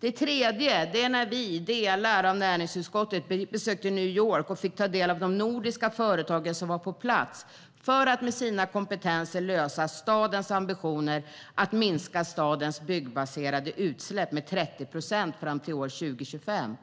Det tredje är att delar av näringsutskottet besökte New York och fick möta de nordiska företag som finns på plats för att med hjälp av sina kompetenser lösa stadens ambitioner att minska stadens byggbaserade utsläpp med 30 procent fram till 2025,